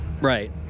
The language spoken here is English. Right